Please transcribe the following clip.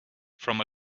from